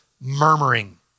murmuring